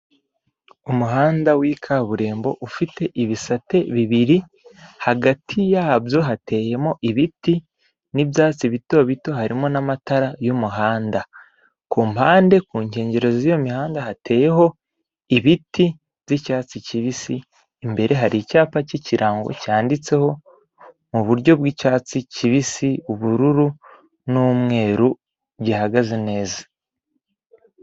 Umuhanda wa kaburimbo ufite ibisate bibiri, hagati yabyo hateyemo ibiti n'ibyatsi bito bito, harimo n'amatara y'umuhanda. Ku mpande, ku nkengero z'iyo mihanda hateyeho ibiti by'icyatsi kibisi, imbere hari icyapa cy'ikirango cyanditseho mu buryo bw'icyatsi kibisi, ubururu n'umweru gihagaze neza.